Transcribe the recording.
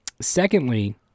Secondly